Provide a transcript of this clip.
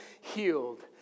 healed